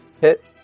hit